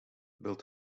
built